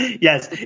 Yes